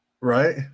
Right